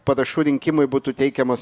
parašų rinkimui būtų teikiamos